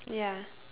ya